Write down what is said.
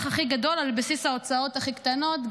הכי גדול על בסיס ההוצאות הכי קטנות,